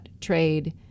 trade